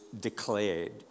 declared